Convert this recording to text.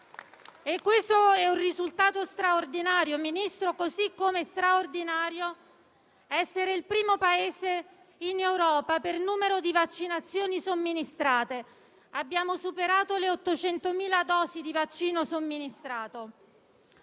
Questo è un risultato straordinario, signor Ministro, così come straordinario è essere il primo Paese in Europa per numero di vaccinazioni somministrate. Abbiamo superato le 800.000 dosi di vaccino somministrato.